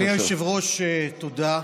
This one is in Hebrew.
אדוני היושב-ראש, תודה.